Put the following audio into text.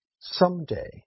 someday